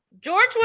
George